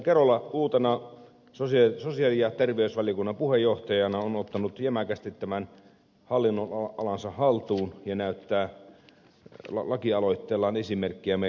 kerola uutena sosiaali ja terveysvaliokunnan puheenjohtajana on ottanut jämäkästi tämän hallinnonalansa haltuun ja näyttää lakialoitteellaan esimerkkiä meille muille